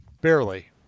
barely